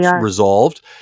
resolved